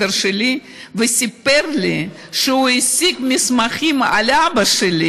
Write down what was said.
שלי וסיפר לי שהוא השיג מסמכים על אבא שלי,